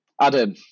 Adam